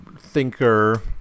thinker